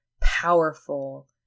powerful